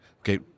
okay